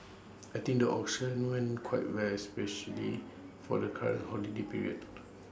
I think the auction went quite well especially for the current holiday period